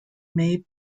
may